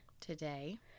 Today